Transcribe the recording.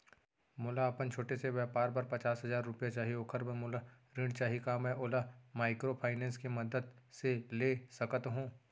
मोला अपन छोटे से व्यापार बर पचास हजार रुपिया चाही ओखर बर मोला ऋण चाही का मैं ओला माइक्रोफाइनेंस के मदद से ले सकत हो?